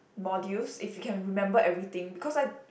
modules if you can remember everything because I